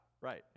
right